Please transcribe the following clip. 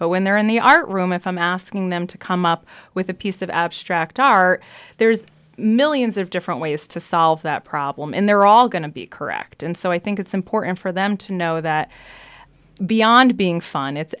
but when they're in the art room if i'm asking them to come up with a piece of abstract art there's millions of different ways to solve that problem and they're all going to be correct and so i think it's important for them to know that beyond being fun it's